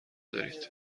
دارید